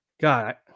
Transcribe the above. God